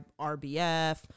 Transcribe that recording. RBF